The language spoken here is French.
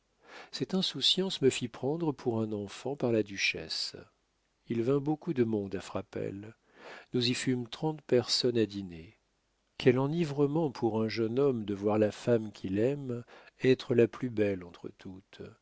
cette insouciance me fit prendre pour un enfant par la duchesse il vint beaucoup de monde à frapesle nous y fûmes trente personnes à dîner quel enivrement pour un jeune homme de voir la femme qu'il aime être la plus belle entre toutes